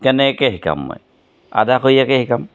কেনেকৈ শিকাম মই আধাখৰীয়াকৈ শিকাম